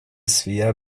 svea